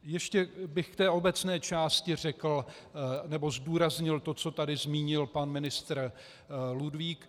Ještě bych k té obecné části řekl nebo zdůraznil to, co tady zmínil pan ministr Ludvík.